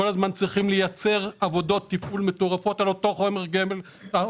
כל הזמן צריכים לייצר עבודות תפעול מטורפות על אותו חומר גלם,